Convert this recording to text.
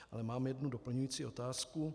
Ale mám jednu doplňující otázku.